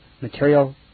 material